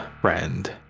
friend